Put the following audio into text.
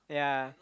yeah